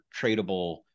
tradable